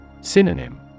Synonym